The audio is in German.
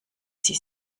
sie